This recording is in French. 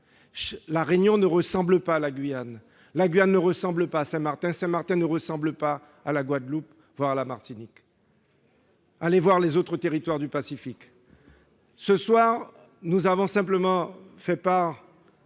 La Réunion ne ressemble pas à la Guyane, qui ne ressemble pas à Saint-Martin, qui ne ressemble pas à la Guadeloupe ou à la Martinique. Et allez voir encore les territoires du Pacifique ! Ce soir, nous avons simplement fait part